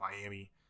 Miami